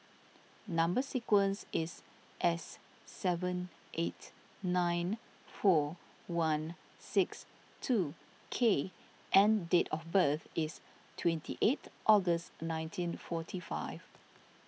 Number Sequence is S seven eight nine four one six two K and date of birth is twenty eight August nineteen forty five